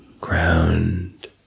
ground